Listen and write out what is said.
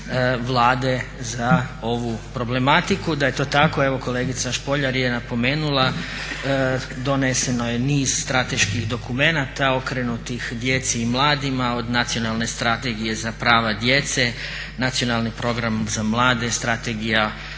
Vlade za ovu problematiku. Da je to tako evo kolegica Špoljar napomenula, doneseno je niz strateških dokumenta okrenutih djeci i mladima, od Nacionalne strategije za prave djece, Nacionalni program za mlade, Strategija